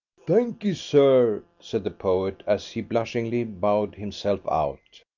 thanky sir, said the poet, as he blushingly bowed himself out.